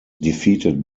defeated